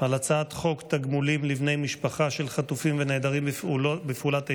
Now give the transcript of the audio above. על הצעת חוק תגמולים לבני משפחה של חטופים ונעדרים בפעולת איבה,